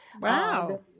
Wow